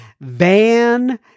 Van